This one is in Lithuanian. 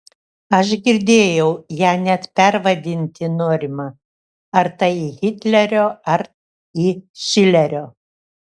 aš girdėjau ją net pervadinti norima ar tai į hitlerio ar į šilerio